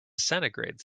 centigrade